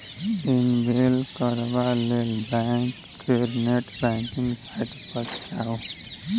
enable करबा लेल bank केर नेट बैंकिंग साइट पर जाउ